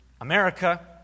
america